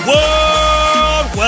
World